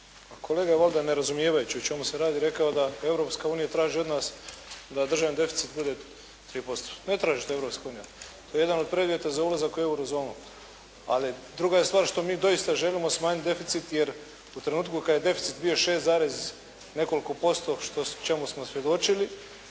kolega valjda ne razumijevajući o čemu se radi rekao je da Europska unija traži od nas da državni deficit bude 3%. Ne traži to Europska unija, to je jedan od preduvjeta za ulazak u euro zonu, ali druga je stvar što mi doista želimo smanjiti deficit jer u trenutku kad je deficit bio šest i nekoliko posto čemu smo svjedočili